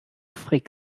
frick